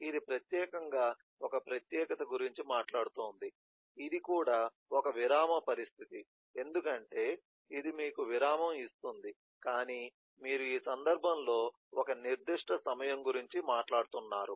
ఇది ప్రత్యేకంగా ఒక ప్రత్యేకత గురించి మాట్లాడుతోంది ఇది కూడా ఒక విరామ పరిమితి ఎందుకంటే ఇది మీకు విరామం ఇస్తుంది కాని మీరు ఈ సందర్భంలో ఒక నిర్దిష్ట సమయం గురించి మాట్లాడుతున్నారు